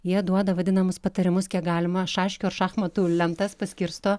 jie duoda vadinamus patarimus kiek galima šaškių ar šachmatų lentas paskirsto